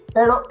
Pero